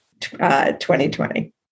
2020